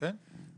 כן.